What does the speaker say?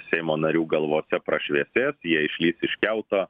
seimo narių galvose prašviesės jie išlįs iš kiauto